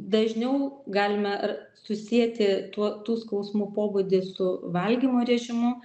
dažniau galime ar susieti tuo tų skausmų pobūdį su valgymo režimu